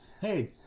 Hey